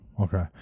okay